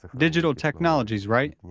digital technologies, right?